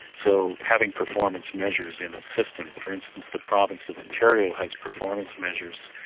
so having performance measures in a system. for instance, the province of ontario has performance measures,